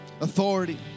authority